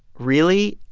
really,